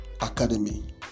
Academy